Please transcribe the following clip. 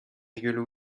virgule